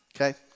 Okay